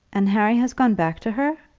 and harry has gone back to her!